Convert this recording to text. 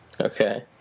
Okay